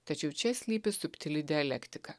tačiau čia slypi subtili dialektika